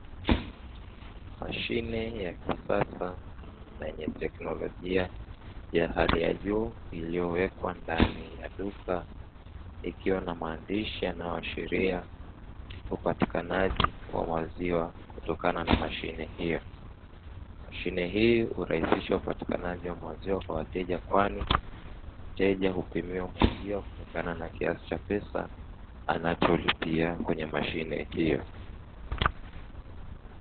Mashine ya kisasa na yenye teknolojia ya hali ya juu iliyowekwa ndani ya duka ikiwa na maandishi yanayoashiria upatikanaji wa maziwa kutokana na mashine hiyo. mashine hii hurahisisha upatikanaji wa maziwa kwa wateja kwani mteja hupimiwa maziwa kulingana na kiasi cha pesa anacholipia kwenye mashine hiyo.